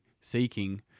seeking